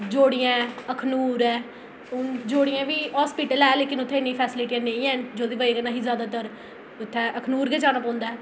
ज्योड़ियें अखनूर ऐ हुन ज्योंड़ियें बी हस्पताल ऐ लेकिन उत्थै इन्नियां फैसिलिटियां नेईं हैन जेह्दी वजह् कन्नै असें ई जैदातर उत्थै अखनूर गै जाना पौंदा ऐ